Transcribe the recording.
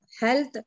health